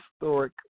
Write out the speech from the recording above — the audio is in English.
historic